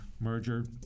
merger